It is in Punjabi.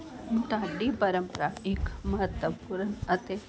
ਢਾਡੀ ਪਰੰਪਰਾ ਇੱਕ ਮਹੱਤਵਪੂਰਨ ਅਤੇ